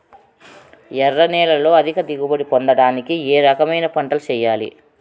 ఎర్ర నేలలో అధిక దిగుబడి పొందడానికి ఏ రకమైన పంటలు చేయాలి?